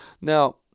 Now